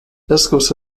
eskuz